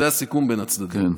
זה הסיכום בין הצדדים.